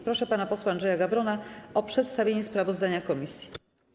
Proszę pana posła Andrzeja Gawrona o przedstawienie sprawozdania Komisji.